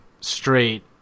straight